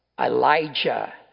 Elijah